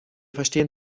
verstehen